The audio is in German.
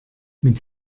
mit